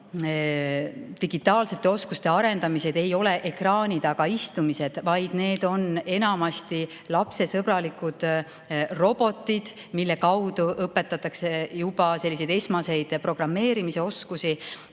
digitaalsete oskuste arendamine ei ole ekraani taga istumine, vaid enamasti [kasutatakse] lapsesõbralikke roboteid, mille abil õpetatakse juba selliseid esmaseid programmeerimisoskusi.